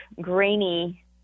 grainy